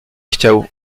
chciał